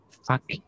Fuck